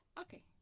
Okay